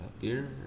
Beer